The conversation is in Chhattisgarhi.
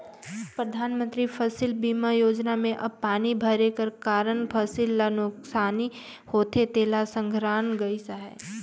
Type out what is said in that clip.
परधानमंतरी फसिल बीमा योजना में अब पानी भरे कर कारन फसिल ल नोसकानी होथे तेला संघराल गइस अहे